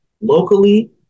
locally